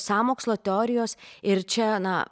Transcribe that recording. sąmokslo teorijos ir čia na